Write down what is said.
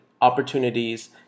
opportunities